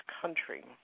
country